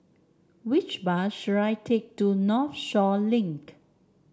which bus should I take to Northshore Link